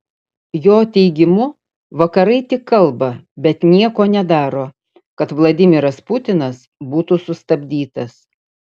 jo teigimu vakarai tik kalba bet nieko nedaro kad vladimiras putinas būtų sustabdytas